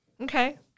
Okay